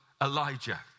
Elijah